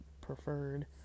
preferred